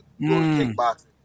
kickboxing